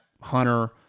Hunter